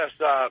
Yes